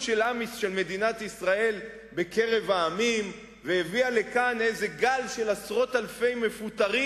של מדינת ישראל בקרב העמים והביאה לכאן גל של עשרות אלפי מפוטרים,